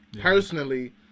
Personally